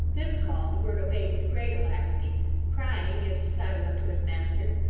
this call, the bird obeyed with great alacrity crying, as he sidled up to his master,